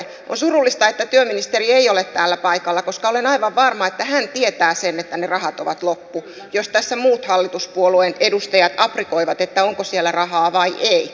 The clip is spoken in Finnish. on surullista että työministeri ei ole täällä paikalla koska olen aivan varma että hän tietää sen että ne rahat ovat loppu vaikka tässä muut hallituspuolueen edustajat aprikoivat onko siellä rahaa vai ei